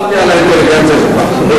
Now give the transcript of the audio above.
אני סמכתי על האינטליגנציה שלך.